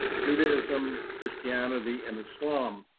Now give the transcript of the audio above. judaism, christianity, and islam,